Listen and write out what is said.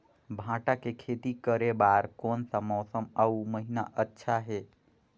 भांटा के खेती करे बार कोन सा मौसम अउ महीना अच्छा हे?